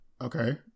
Okay